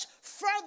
Further